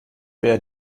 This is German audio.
wer